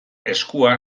eskua